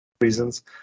Reasons